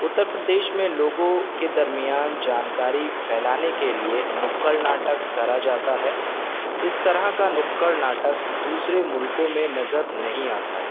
اتر پردیش میں لوگوں کے درمیان جانکاری پھیلانے کے لیے نکڑ ناٹک کرا جاتا ہے اس طرح کا نکڑ ناٹک دوسرے ملکوں میں نظر نہیں آتا ہے